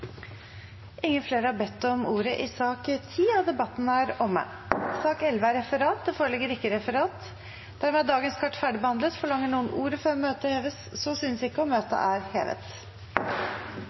Flere har ikke bedt om ordet til sak nr. 10. Det foreligger ikke noe referat. Dermed er dagens kart ferdigbehandlet. Forlanger noen ordet før møtet heves? – Så synes ikke, og møtet er hevet.